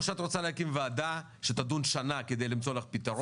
או שאת רוצה להקים ועדה שתדון שנה כדי למצוא לך פתרון,